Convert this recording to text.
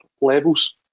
levels